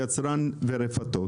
יצרן ורפתות.